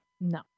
No